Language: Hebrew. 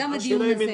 גם הדיון הזה.